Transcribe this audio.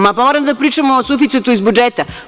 Moramo da pričamo o suficitu iz budžeta.